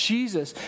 Jesus